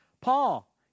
Paul